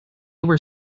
were